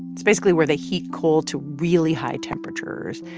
it's basically where they heat coal to really high temperatures.